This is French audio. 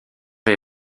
est